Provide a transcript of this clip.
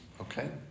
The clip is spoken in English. Okay